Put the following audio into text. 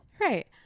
Right